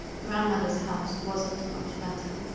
grandmother's house wasn't much better.